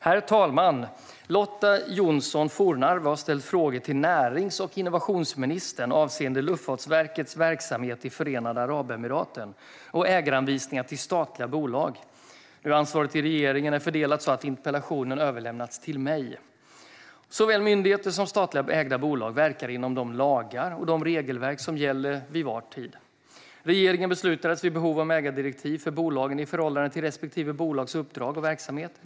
Herr talman! Lotta Johnsson Fornarve har ställt frågor till närings och innovationsministern avseende Luftfartsverkets verksamhet i Förenade Arabemiraten och ägaranvisningar till statliga bolag. Ansvaret i regeringen är fördelat så att interpellationen överlämnats till mig. Såväl myndigheter som statligt ägda bolag verkar inom de lagar och regelverk som gäller vid var tid. Regeringen beslutar vid behov om ägardirektiv för bolagen i förhållande till respektive bolags uppdrag och verksamhet.